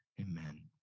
amen